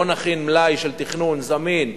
בואו נכין מלאי של תכנון זמין,